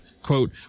quote